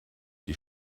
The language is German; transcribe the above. die